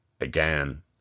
again